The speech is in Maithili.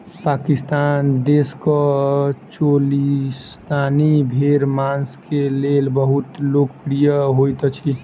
पाकिस्तान देशक चोलिस्तानी भेड़ मांस के लेल बहुत लोकप्रिय होइत अछि